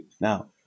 Now